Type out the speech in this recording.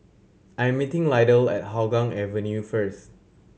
I'm meeting Lydell at Hougang Avenue first